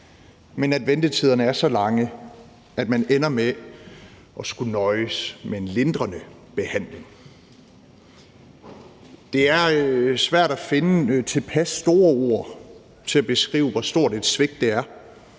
men at ventetiderne er så lange, at man ender med at skulle nøjes med en lindrende behandling. Det er svært at finde tilpas store ord til at beskrive, hvor stort et svigt det er,